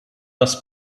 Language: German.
das